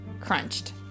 crunched